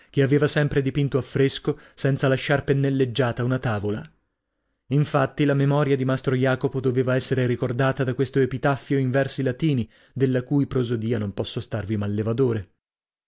che aveva sempre dipinto a fresco senza lasciar pennelleggiata una tavola infatti la memoria di mastro jacopo doveva essere ricordata da questo epitaffio in versi latini della cui prosodia non posso starvi mallevadore